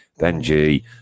Benji